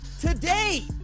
Today